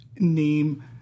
name